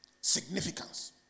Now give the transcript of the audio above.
significance